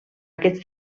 aquests